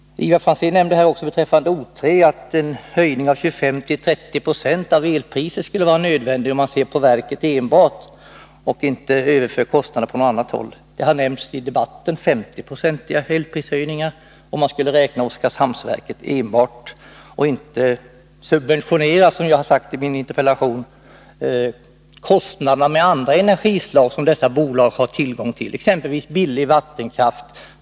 Ivar Franzén nämnde vidare beträffande O 3 att en höjning av elpriset med 25-30 920 skulle vara nödvändig, om man enbart ser till verket och inte överför kostnaderna på annat håll. I debatten har elprishöjningar på 50 96 nämnts, om man enbart skall ta Oskarshamnsverket och inte subventionera — detta har jag framhållit i min interpellation — kostnaderna när det gäller andra energislag som dessa bolag har tillgång till. Det gäller exempelvis billig vattenkraft.